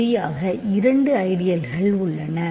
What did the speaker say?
சரியாக இரண்டு ஐடியல் உள்ளன